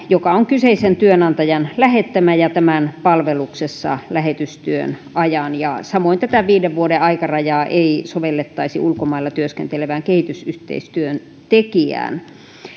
joka on kyseisen työnantajan lähettämä ja tämän palveluksessa lähetystyön ajan samoin tätä viiden vuoden aikarajaa ei sovellettaisi ulkomailla työskentelevään kehitysyhteistyöntekijään